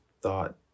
thought